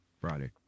friday